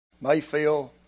Mayfield